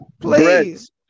Please